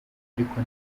ariko